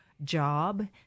job